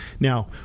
Now